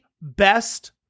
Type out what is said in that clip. best